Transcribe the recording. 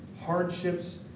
hardships